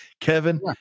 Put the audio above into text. Kevin